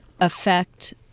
affect